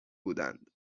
بودند